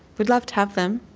we'd love to have them!